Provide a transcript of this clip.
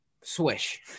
swish